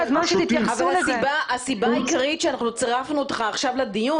אבל הסיבה העיקרית שצירפנו אותך עכשיו לדיון